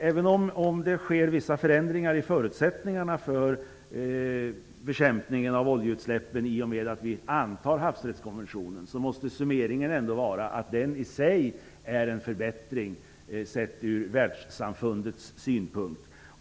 Även om det sker vissa förändringar i förutsättningarna för bekämpningen av oljeutsläppen i och med att vi antar havsrättskonventionen måste summeringen vara att den i sig är en förbättring sett ur världssamfundets synpunkt.